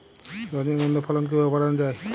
রজনীগন্ধা ফলন কিভাবে বাড়ানো যায়?